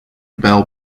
bell